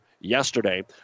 yesterday